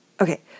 Okay